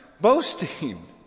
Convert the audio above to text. boasting